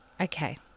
okay